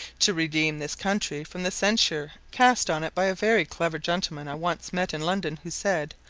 to redeem this country from the censure cast on it by a very clever gentleman i once met in london, who said,